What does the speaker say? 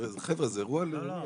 חבר'ה, זה אירוע לאומי.